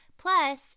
Plus